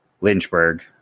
Lynchburg